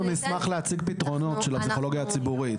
אנחנו נשמח להציג פתרונות של הפסיכולוגיה הציבורית.